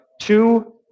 two